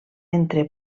entre